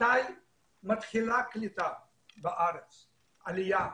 מתי מתחילה העלייה לארץ